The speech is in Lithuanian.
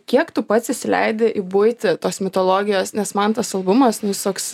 kiek tu pats įsileidi į buitį tos mitologijos nes man tas albumas nu jis toks